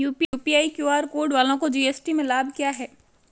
UPI QR code वालों को GST में लाभ क्या है?